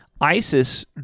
ISIS